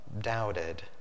doubted